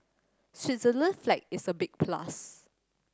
Switzerland's flag is a big plus